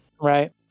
Right